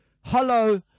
hello